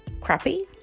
crappy